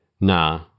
Nah